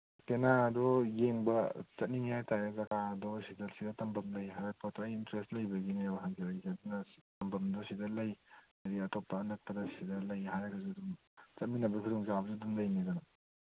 ꯄꯦꯅꯥ ꯑꯗꯨ ꯌꯦꯡꯕ ꯆꯠꯅꯤꯡꯉꯦ ꯍꯥꯏ ꯇꯥꯔꯦ ꯖꯒꯥꯗꯣ ꯁꯤꯗ ꯁꯤꯗ ꯇꯝꯕꯝ ꯂꯩ ꯍꯥꯏꯔꯛꯄ ꯑꯗꯣ ꯑꯩ ꯏꯟꯇꯔꯦꯁ ꯂꯩꯕꯒꯤꯅꯦꯕ ꯍꯪꯖꯔꯛꯏꯁꯦ ꯑꯗꯨꯅ ꯇꯝꯕꯝꯗꯣ ꯁꯤꯗ ꯂꯩ ꯑꯗꯒꯤ ꯑꯇꯣꯞꯄ ꯑꯅꯛꯄꯗ ꯁꯤꯗ ꯂꯩ ꯍꯥꯏꯔꯒꯁꯨ ꯑꯗꯨꯝ ꯆꯠꯃꯤꯟꯅꯕꯒꯤ ꯈꯨꯗꯣꯡꯆꯥꯕꯁꯨ ꯑꯗꯨꯝ ꯂꯩꯅꯤꯗꯅ